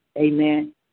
amen